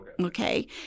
okay